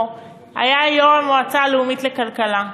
היה יושב-ראש המועצה הלאומית לכלכלה,